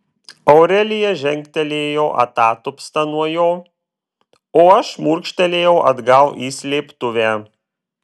aurelija žengtelėjo atatupsta nuo jo o aš šmurkštelėjau atgal į slėptuvę